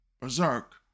Berserk